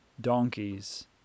donkeys